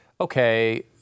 okay